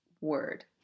word